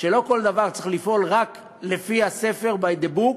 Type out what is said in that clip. שלא כל דבר צריך לפעול רק לפי הספר, by the book,